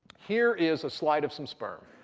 here is a slide of some sperm.